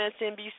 MSNBC